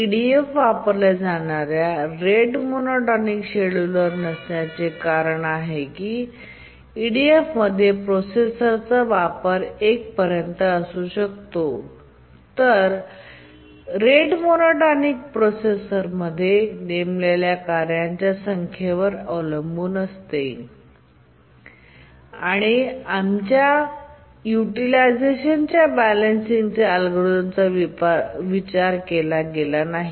EDF वापरल्या जाणार्या आणि रेट मोनोटॉनिक शेड्यूलर नसण्याचे कारण आहे की EDFमध्ये प्रोसेसरचा वापर 1 पर्यंत असू शकतो तर रेट मोनोटॉनिकमध्ये प्रोसेसरला नेमलेल्या कार्यांच्या संख्येवर अवलंबून असते आणि की आम्ही आमच्या युटिलायझेशन बॅलॅन्सींग अल्गोरिदमचा विचार केला नाही